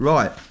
Right